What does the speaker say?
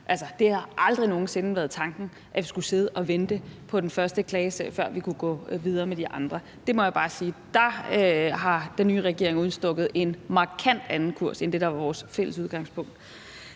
det har aldrig nogen sinde været tanken, at vi skulle sidde og vente på den første klagesag, før vi kunne gå videre med de andre. Det må jeg bare sige, og der har den nye regering udstukket en markant anden kurs end det, der var vores fælles udgangspunkt.